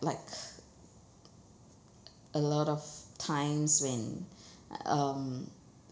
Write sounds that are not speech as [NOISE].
like [BREATH] a lot of times when [BREATH] um